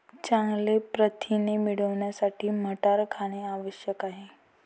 चांगले प्रथिने मिळवण्यासाठी मटार खाणे आवश्यक आहे